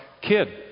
kid